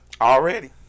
Already